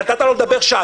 אתה נתת לו לדבר שעה.